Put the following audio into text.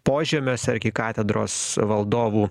požemiuose arkikatedros valdovų